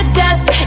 dust